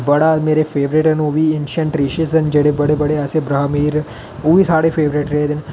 बड़ा मेरे फेवरेट न ओह् बी इंशन ट्रिशियन ऐन जेह्ड़े बड़े बड़े ऐसे ब्राहमीर ओह् बी साढ़े फेवरेट रेह्दे न